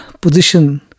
position